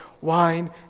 wine